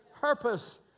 purpose